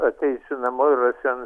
ateisiu namo ir rasiu an